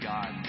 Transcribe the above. God